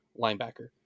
linebacker